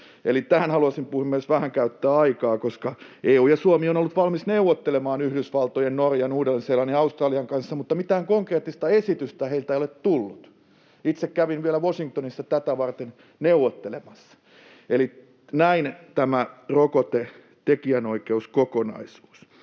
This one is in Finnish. Tähän halusin, puhemies, vähän käyttää aikaa, koska EU ja Suomi ovat olleet valmiita neuvottelemaan Yhdysvaltojen, Norjan, Uuden-Seelannin ja Australian kanssa, mutta mitään konkreettista esitystä heiltä ei ole tullut. Itse kävin vielä Washingtonissa tätä varten neuvottelemassa. Näin tämä rokote-, tekijänoikeuskokonaisuus